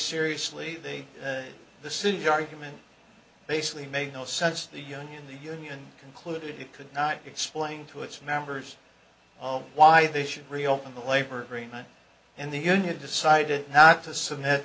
seriously the city argument basically made no sense the union the union concluded it could not explain to its members of why they should reopen the labor agreement and the union decided not to submit